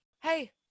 Hey